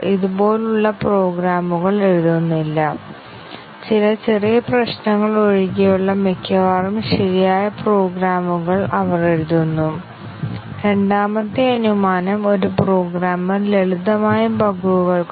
ഇപ്പോൾ ഞങ്ങൾ ചർച്ച ചെയ്ത വൈറ്റ് ബോക്സ് കവറേജ് അടിസ്ഥാനമാക്കിയുള്ള ടെസ്റ്റിംഗ് ടെക്നിക്കിന്റെ ചില സുപ്രധാന വശങ്ങൾ നമുക്ക് ഓർമ്മിക്കാം